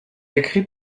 écrit